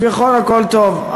כביכול הכול טוב.